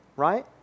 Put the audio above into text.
right